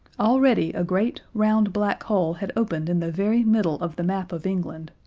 already a great, round black hole had opened in the very middle of the map of england,